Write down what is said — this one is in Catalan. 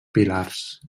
pilars